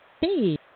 Hey